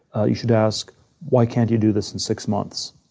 ah you should ask why can't you do this in six months?